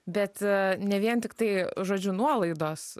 bet ne vien tiktai žodžiu nuolaidos